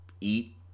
eat